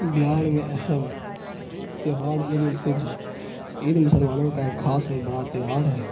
بہار میں اہم تہوار عید الفطر عید مسلمانوں کا ایک خاص بڑا تہوار ہے